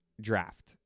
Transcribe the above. draft